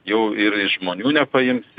jau ir iš žmonių nepaimsi